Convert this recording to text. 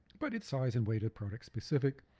but its size and weight are product specific.